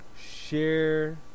share